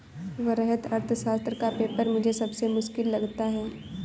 वृहत अर्थशास्त्र का पेपर मुझे सबसे मुश्किल लगता है